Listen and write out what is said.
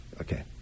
okay